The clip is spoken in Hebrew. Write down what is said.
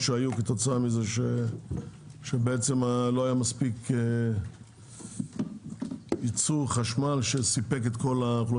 כי לא היה מספיק ייצור חשמל שסיפק את כל הצריכה.